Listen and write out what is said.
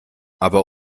aber